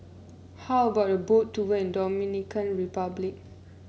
how about a Boat Tour in Dominican Republic